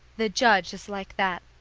the judge is like that.